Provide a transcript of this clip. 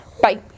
Bye